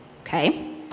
Okay